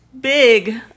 big